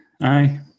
aye